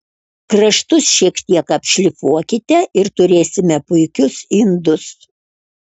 kraštus šiek tiek apšlifuokite ir turėsime puikius indus